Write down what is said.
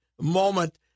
moment